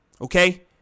Okay